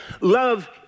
love